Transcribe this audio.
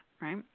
right